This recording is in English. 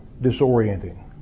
disorienting